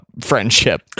Friendship